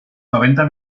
noventa